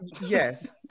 yes